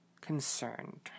concerned